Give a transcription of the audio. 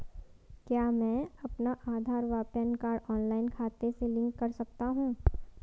क्या मैं अपना आधार व पैन कार्ड ऑनलाइन खाते से लिंक कर सकता हूँ?